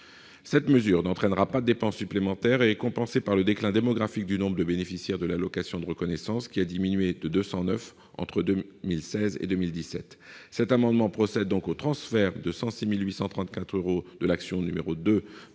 Cette mesure n'entraînera pas de dépense supplémentaire et est compensée par le déclin démographique du nombre de bénéficiaires de l'allocation de reconnaissance, qui a diminué de 209 entre 2016 et 2017. Cet amendement vise donc, pour financer cette mesure, à procéder au